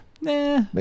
nah